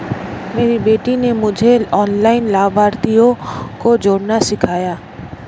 मेरी बेटी ने मुझे ऑनलाइन लाभार्थियों को जोड़ना सिखाया